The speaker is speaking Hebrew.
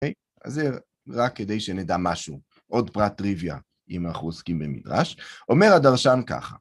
אז זה רק כדי שנדע משהו, עוד פרט טריוויה, אם אנחנו עוסקים במדרש, אומר הדרשן ככה...